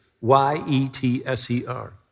Y-E-T-S-E-R